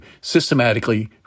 systematically